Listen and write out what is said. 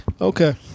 Okay